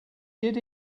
did